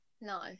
no